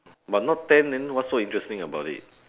but not tan then what's so interesting about it